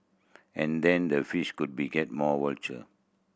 and then the fish could be get more voucher